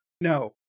No